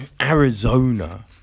Arizona